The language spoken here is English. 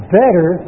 better